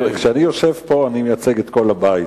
כשאני יושב פה אני מייצג את כל הבית.